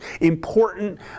important